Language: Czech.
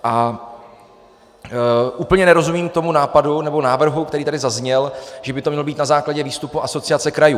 A úplně nerozumím tomu nápadu nebo návrhu, který tady zazněl, že by to mělo být na základě výstupu Asociace krajů.